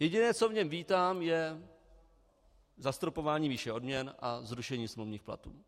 Jediné, co v něm vítám, je zastropování výše odměn a zrušení smluvních platů.